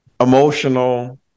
emotional